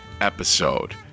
episode